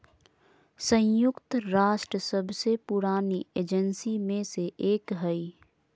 संयुक्त राष्ट्र सबसे पुरानी एजेंसी में से एक हइ